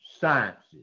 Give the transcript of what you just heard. sciences